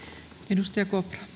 arvoisa